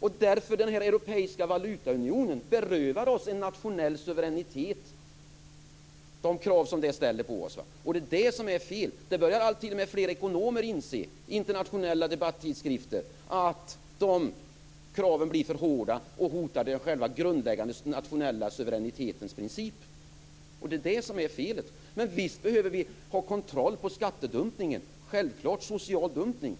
De krav som den europeiska valutaunionen ställer på oss berövar oss en nationell suveränitet. Det är det som är fel. Man kan se i internationella debattidskrifter att alltfler ekonomer börjar inse att kraven blir för hårda och hotar själva den grundläggande nationella suveränitetens princip. Det är det som är felet. Men visst behöver vi ha kontroll på skattedumpningen och självklart på social dumpning.